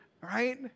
right